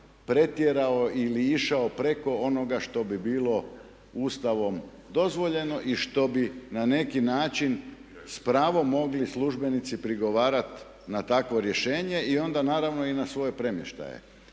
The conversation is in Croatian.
pretjerao ili išao preko onoga što bi bilo Ustavom dozvoljeno i što bi na neki način s pravom službenici mogli prigovarat na takvo rješenje i onda naravno i na svoje premještaje.